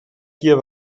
hier